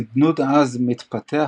נדנוד עז מתפתח